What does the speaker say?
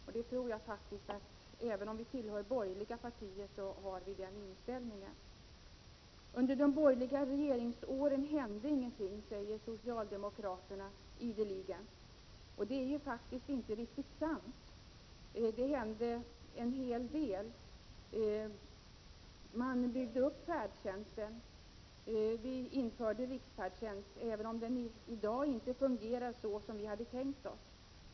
Även vi som tillhör borgerliga partier har den inställningen. Under de borgerliga regeringsåren hände ingenting, säger socialdemokraterna ideligen. Det är faktiskt inte riktigt sant. Det hände en hel del. Vi byggde upp färdtjänsten och vi införde riksfärdtjänst, även om den i dag inte fungerar så som vi hade tänkt oss.